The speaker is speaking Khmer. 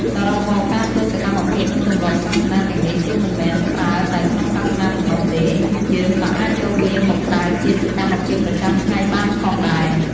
សរុបមក ការធ្វើសកម្មភាពនិងទម្លាប់សាសនាទាំងនេះគឺមិនមែនប្រើតែក្នុងសាសនាប៉ុន្នោះទេ យើកក៏អាចយកវាមកប្រើជាសម្មភាពប្រចាំថ្ងៃបានផងដែរ។